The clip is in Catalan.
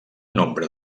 nombre